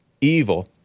evil